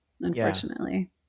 unfortunately